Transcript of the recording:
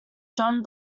john